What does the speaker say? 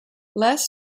les